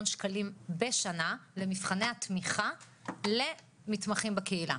שקלים בשנה למבחני התמיכה למתמחים בקהילה.